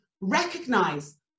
recognize